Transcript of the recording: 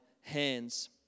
hands